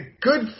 good